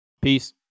peace